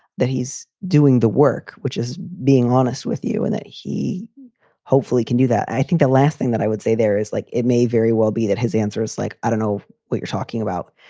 that he's doing the work, which is being honest with you, and that he hopefully can do that. i think the last thing that i would say there is, like it may very well be that his answer is like, i don't know what you're talking about.